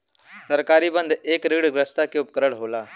सरकारी बन्ध एक ऋणग्रस्तता के उपकरण होला